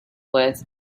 with